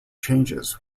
changes